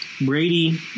Brady